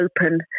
open